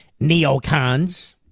neocons